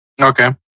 Okay